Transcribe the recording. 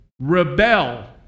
rebel